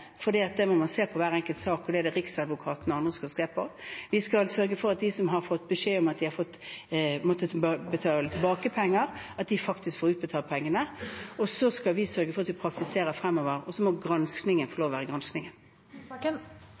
Det må man se på hver enkelt sak, og det er det Riksadvokaten og andre som skal se på. Vi skal sørge for at de som har fått beskjed om at de har måttet betale tilbake penger, faktisk får utbetalt pengene. Vi skal sørge for at vi praktiserer fremover, og så må granskingen få lov å være